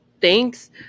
thanks